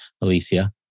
Alicia